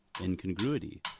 Incongruity